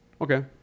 Okay